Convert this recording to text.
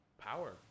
power